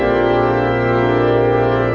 or